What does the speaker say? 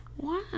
Wow